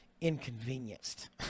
inconvenienced